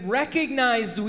recognized